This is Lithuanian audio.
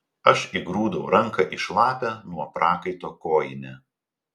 aš įgrūdau ranką į šlapią nuo prakaito kojinę